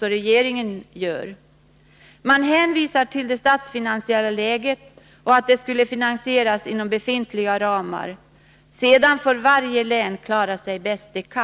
Regeringen hänvisar till det statsfinansiella läget och menar att insatserna skall finansieras inom befintliga ramar — sedan får varje län klara sig bäst det kan.